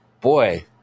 boy